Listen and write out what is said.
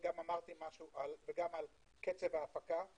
וגם על קצב ההפקה,